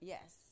Yes